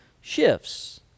shifts